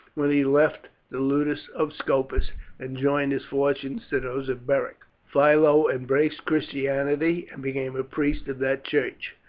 when he left the ludus of scopus and joined his fortunes to those of beric. philo embraced christianity, and became a priest of that church.